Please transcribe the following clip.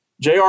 JR